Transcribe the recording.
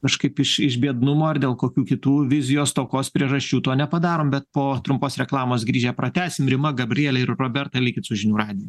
kažkaip iš iš biednumo ar dėl kokių kitų vizijos stokos priežasčių to nepadarom bet po trumpos reklamos grįžę pratęsim rima gabrielė ir roberta likit su žinių radiju